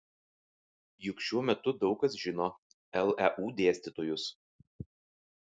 juk šiuo metu daug kas žino leu dėstytojus